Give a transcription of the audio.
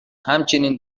همچنین